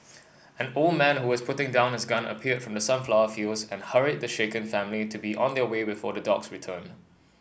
an old man who was putting down his gun appeared from the sunflower fields and hurried the shaken family to be on their way before the dogs return